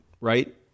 right